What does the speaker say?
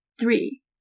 three